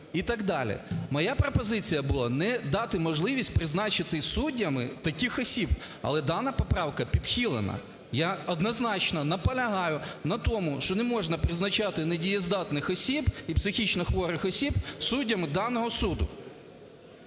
Моя пропозиція була не дати можливість призначити суддями таких осіб, але дана поправка відхилена. Я однозначно наполягаю на тому, що не можна призначати недієздатних осіб і психічнохворих осіб суддями даного суду.